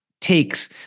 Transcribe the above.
takes